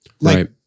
Right